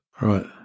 Right